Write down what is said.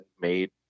made